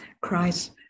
Christ